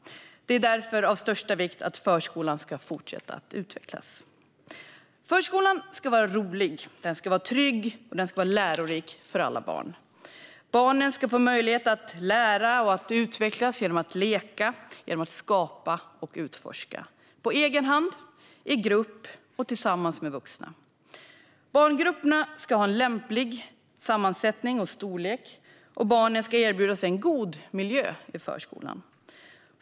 Det är därför av största vikt att förskolan ska fortsätta att utvecklas. Förskolan ska vara rolig. Den ska vara trygg och lärorik för alla barn. Barnen ska få möjlighet att lära och att utvecklas genom att leka, att skapa och att utforska på egen hand, i grupp och tillsammans med vuxna. Barngrupperna ska ha en lämplig sammansättning och storlek. Barnen ska erbjudas en god miljö i förskolan.